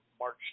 March